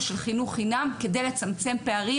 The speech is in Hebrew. של חינוך חינם כדי לצמצם פערים,